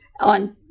on